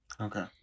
Okay